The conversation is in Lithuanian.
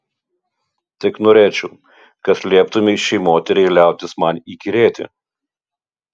tik norėčiau kad lieptumei šiai moteriai liautis man įkyrėti